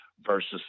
versus